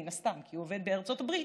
מן הסתם כי הוא עובד בארצות הברית,